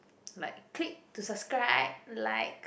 like click to suscribe like